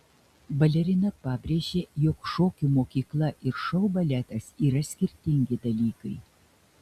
balerina pabrėžė jog šokių mokykla ir šou baletas yra skirtingi dalykai